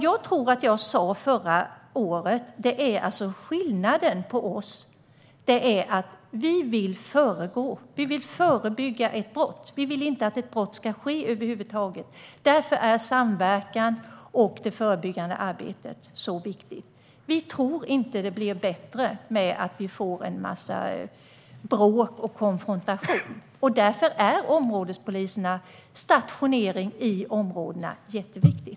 Jag sa förra året att skillnaden mellan oss är att vi vill förebygga ett brott. Vi vill över huvud taget inte att brott ska ske. Därför är samverkan och det förebyggande arbetet så viktigt. Vi tror inte att det blir bättre med en mängd bråk och konfrontation. Därför är områdespolisernas stationering i områdena mycket viktig.